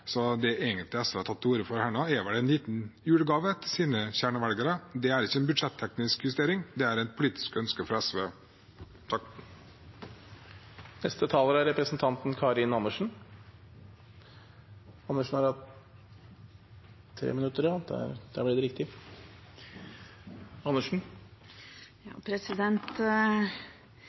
så det SV egentlig har tatt til orde for her, er vel en liten julegave til sine kjernevelgere. Det er ikke en budsjetteknisk justering, det er et politisk ønske fra SV. De talere som heretter får ordet, har også en taletid på inntil 3 minutter.